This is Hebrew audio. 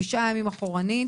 תשעה ימים אחורנית,